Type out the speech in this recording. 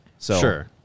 Sure